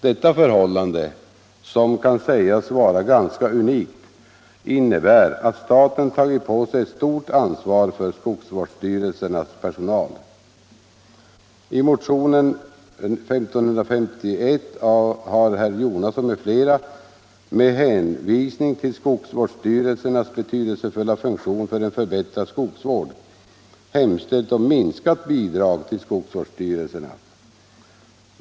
Detta förhållande, som kan sägas vara ganska unikt, innebär att staten tagit på sig ett stort ansvar för skogsvårdsstyrelsernas personal. I motionen 1975:1551 har herr Jonasson m.fl., med hänvisning till skogsvårdsstyrelsernas betydelsefulla funktion för en förbättrad skogsvård, hemställt om minskat bidrag till skogsvårdsstyrelserna.